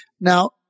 Now